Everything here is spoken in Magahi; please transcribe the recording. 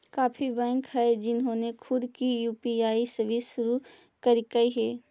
काफी बैंक हैं जिन्होंने खुद की यू.पी.आई सर्विस शुरू करकई हे